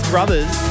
Brothers